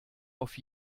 auf